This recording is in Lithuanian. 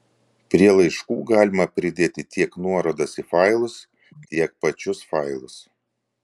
prie laiškų galima pridėti tiek nuorodas į failus tiek pačius failus